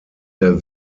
der